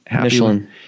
Michelin